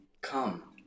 come